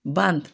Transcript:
ਬੰਦ